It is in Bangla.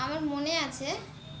আমার মনে আছে